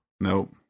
Nope